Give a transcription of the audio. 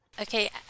okay